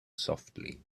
softly